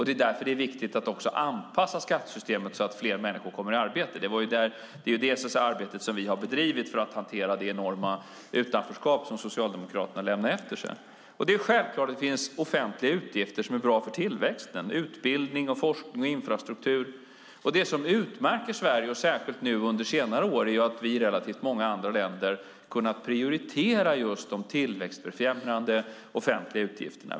Det är därför det är viktigt att också anpassa skattesystemet så att fler människor kommer i arbete. Det är det arbetet vi har bedrivit för att hantera det enorma utanförskap som Socialdemokraterna lämnade efter sig. Det finns självklart offentliga utgifter som är bra för tillväxten: utbildning, forskning och infrastruktur. Det som utmärker Sverige, särskilt under senare år, är att vi i förhållande till många andra länder har kunnat prioritera just de tillväxtfrämjande offentliga utgifterna.